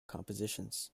compositions